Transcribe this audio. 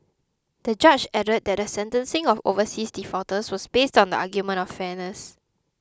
the judge added that the sentencing of overseas defaulters was based on the argument of fairness